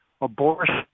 abortion